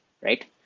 right